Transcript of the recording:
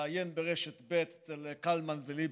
מתראיין ברשת ב' אצל קלמן וליברמן.